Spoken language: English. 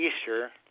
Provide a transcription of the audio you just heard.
Easter